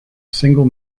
single